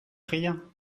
rien